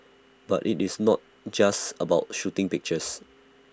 but IT is not just about shooting pictures